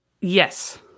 Yes